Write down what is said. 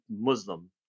Muslim